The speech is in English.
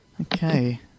Okay